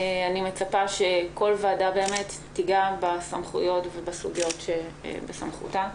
אני מצפה שכל ועדה באמת תיגע בסמכויות ובסוגיות שבסמכותה.